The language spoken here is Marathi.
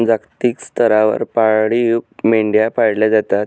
जागतिक स्तरावर पाळीव मेंढ्या पाळल्या जातात